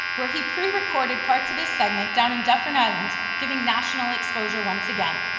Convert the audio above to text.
where he pre-recorded parts of his segment down in dufferin islands, giving national exposure once again.